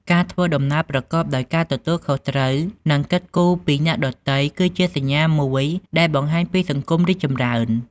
ការធ្វើដំណើរប្រកបដោយការទទួលខុសត្រូវ និងគិតគូរពីអ្នកដទៃគឺជាសញ្ញាមួយដែលបង្ហាញពីសង្គមរីកចម្រើន។